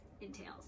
entails